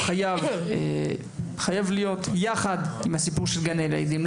חייב להיות יחד עם הדיון על גני הילדים,